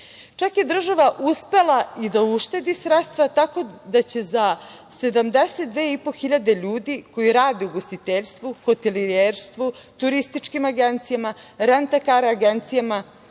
finansije. Država je uspela i da uštedi sredstva, tako da će za 72.500 koji rade u ugostiteljstvu, hotelijerstvu, turističkim agencijama, rent a kar agencijama,